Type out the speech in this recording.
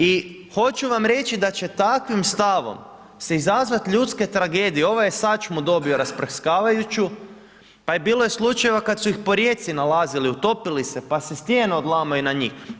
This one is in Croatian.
I hoću vam reći da će takvim stavom se izazvati ljudske tragedije, ovaj je sačmu dobio rasprskavajuću, pa i bilo je slučajeva kad su ih po rijeci nalazili, utopili se, pa se stijene odlamaju na njih.